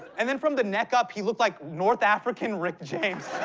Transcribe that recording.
and then from the neck up he looked like north african rick james.